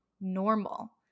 normal